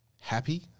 happy